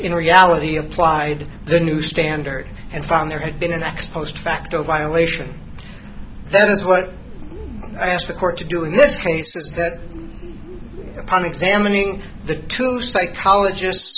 in reality applied the new standard and found there had been an ex post facto violation that is what i asked the court to do in this case is that on examining the two psychologist